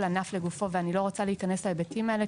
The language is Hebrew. ענף לגופו ואני לא רוצה להיכנס להיבטים האלה,